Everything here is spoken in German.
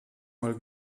mal